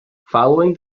following